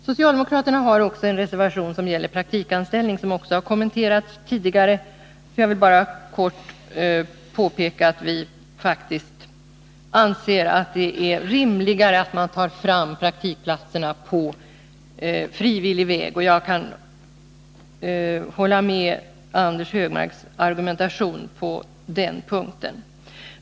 Socialdemokraterna har också en reservation som gäller praktikanställning, som också har kommenterats tidigare. Jag vill bara kort påpeka att vi anser att det är rimligare att man tar fram praktikplatserna på frivillig väg. Jag kan hålla med Anders Högmark i hans argumentation på den punkten.